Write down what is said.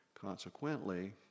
consequently